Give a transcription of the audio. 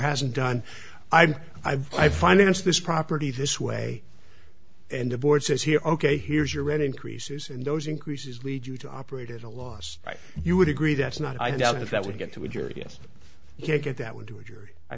hasn't done i've i've i financed this property this way and the board says here ok here's your rent increases and those increases lead you to operate at a loss you would agree that's not i doubt if that would get to a jury yes you can't get that one to a jury i